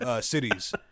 cities